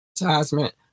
advertisement